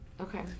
Okay